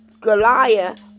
Goliath